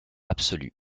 absolu